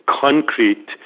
concrete